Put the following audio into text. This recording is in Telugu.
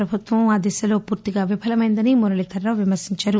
ప్రభుత్వం ఆదిశలో పూర్తిగా విఫలమైందని మురళీధరరావు విమర్పించారు